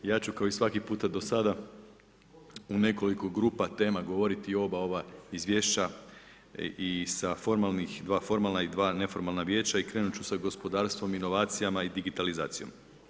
Ja ću kao i svaki puta do sada u nekoliko grupa tema govoriti oba ova izvješća i sa formalnih, 2 formalna i 2 neformalna vijeća i krenuti ću sa gospodarstvom, inovacijama i digitalizacijom.